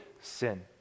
sin